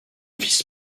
fils